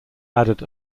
added